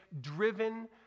driven